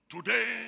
Today